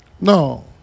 No